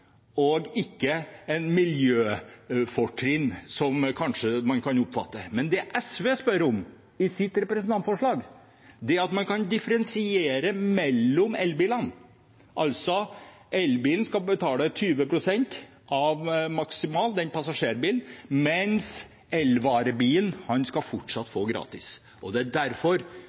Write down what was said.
ikke mot et miljøfortrinn, som man kanskje kan oppfatte det som. Men det SV spør om i sitt representantforslag, er at man kan differensiere mellom elbilene. Elbilen, en passasjerbil, skal betale 20 pst. av maksimal pris, mens elvarebilen fortsatt skal gå gratis. Det er derfor vi må ha et vedtak, og det er derfor